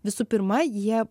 visų pirma jie